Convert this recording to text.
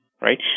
right